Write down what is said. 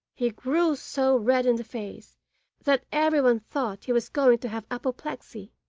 he grew so red in the face that everyone thought he was going to have apoplexy.